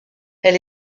elle